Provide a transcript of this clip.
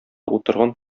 утырган